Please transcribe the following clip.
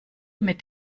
mit